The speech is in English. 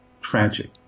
tragic